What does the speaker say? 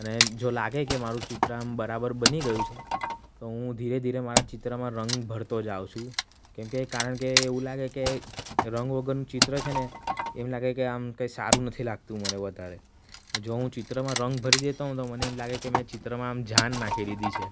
અને જો લાગે કે મારૂં ચિત્ર આમ બરાબર બની ગયું છે તો હું ધીરે ધીરે મારા ચિત્રમાં રંગ ભરતો જાઉં છું કેમકે કે કારણ કે એવું લાગે કે રંગ વગરનું ચિત્ર છે ને એમ લાગે કે આમ કાંઇ સારું નથી લાગતું મને વધારે જો હું ચિત્રમાં રંગ ભરી દેતો હોઉં તો મને એમ લાગે કે મેં ચિત્રમાં આમ જાન નાખી દીધી છે